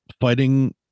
fighting